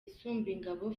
isumbingabo